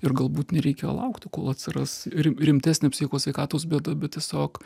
ir galbūt nereikia laukti kol atsiras rimtesnė psichikos sveikatos bėda bet tiesiog